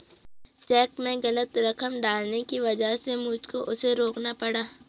check में गलत रकम डालने की वजह से मुझको उसे रोकना पड़ा